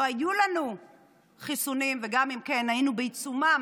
לא היו לנו חיסונים, וגם אם כן, היינו בעיצומם